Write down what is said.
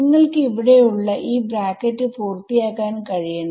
നിങ്ങൾക്ക് ഇവിടെ ഉള്ള ഈ ബ്രാക്കറ്റ് പൂർത്തിയാക്കാൻ കഴിയണം